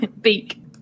Beak